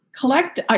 collect